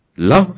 Love